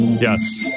Yes